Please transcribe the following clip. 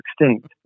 extinct